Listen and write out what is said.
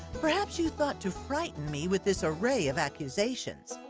perhaps you thought to frighten me with this array of accusations.